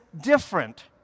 different